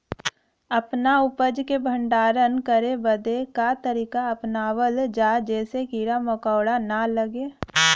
अपना उपज क भंडारन करे बदे का तरीका अपनावल जा जेसे कीड़ा मकोड़ा न लगें?